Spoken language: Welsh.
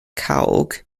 cawg